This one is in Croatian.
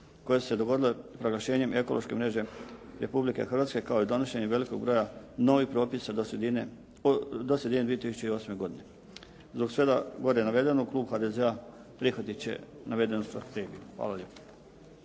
koje su se dogodile proglašenjem ekološke mreže Republike Hrvatske kao i donošenje velikog broja novih propisa do sredine 2008. godine. Zbog svega gore navedenog klub HDZ-a prihvatit će navedenu strategiju. Hvala lijepo.